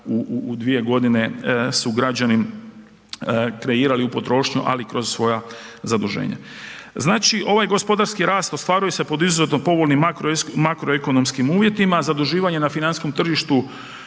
u 2 godine su građani kreirali u potrošnju, ali kroz svoja zaduženja. Znači ovaj gospodarski rast ostvaruje pod izuzetno povoljnim makroekonomskim uvjetima, zaduživanje na financijskom tržištu